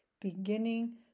beginning